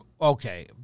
Okay